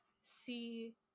see